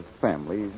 family